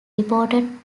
reported